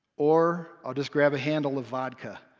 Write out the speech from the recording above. or, i'll just grab a handle of vodka,